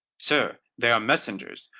sir, they are messengers,